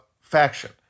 faction